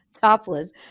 topless